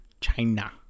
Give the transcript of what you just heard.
china